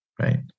right